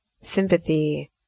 sympathy